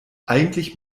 eigentlich